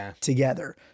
together